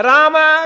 Rama